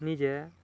ନିଜେ